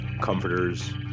comforters